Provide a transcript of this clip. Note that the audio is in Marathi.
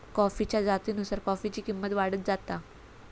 कॉफीच्या जातीनुसार कॉफीची किंमत वाढत जाता